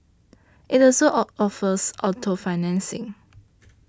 it also or offers auto financing